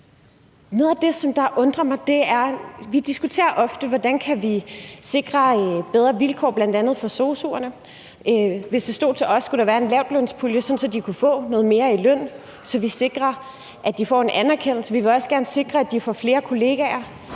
er noget, der undrer mig. Vi diskuterer ofte, hvordan vi kan sikre bedre vilkår for bl.a. sosu'erne. Hvis det stod til os, skulle der være en lavtlønspulje, sådan at de kunne få noget mere i løn, så vi sikrer, at de får en anerkendelse. Vi vil også gerne sikre, at de får flere kollegaer.